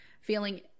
feeling